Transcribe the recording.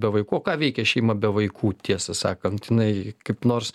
be vaiko o ką veikia šeima be vaikų tiesą sakant jinai kaip nors